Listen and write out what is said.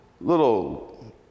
little